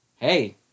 hey